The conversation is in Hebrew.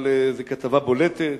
אבל זו כתבה בולטת,